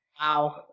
Wow